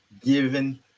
given